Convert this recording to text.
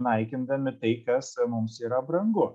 naikindami tai kas mums yra brangu